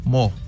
More